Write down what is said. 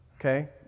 Okay